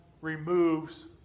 removes